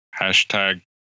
Hashtag